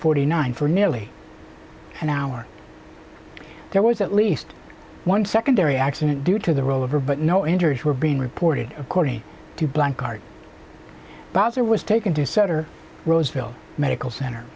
forty nine for nearly an hour there was at least one secondary accident due to the rollover but no injuries were being reported according to blackguard bowzer was taken to center roseville medical center